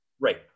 Right